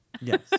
Yes